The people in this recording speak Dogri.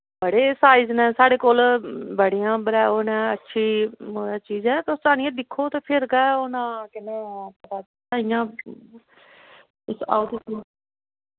बड़े साइज न साढ़े कोल बड़ियां ाओह् न अच्छी चीजां तुस आह्नियै दिक्खो ते फिर गै होना केह् नां इ'यां तुस आओ ते सेही